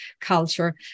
culture